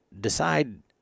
decide